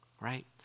right